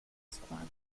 squadra